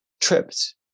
tripped